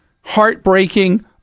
heartbreaking